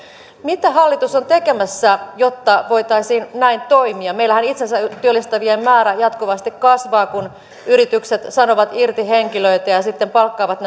mitä hallitus on tekemässä jotta voitaisiin näin toimia meillähän itsensä työllistävien määrä jatkuvasti kasvaa kun yritykset sanovat irti henkilöitä ja sitten palkkaavat